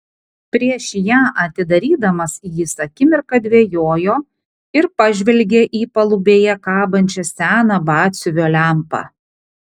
prieš ją atidarydamas jis akimirką dvejojo ir pažvelgė į palubėje kabančią seną batsiuvio lempą